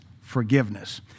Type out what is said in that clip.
forgiveness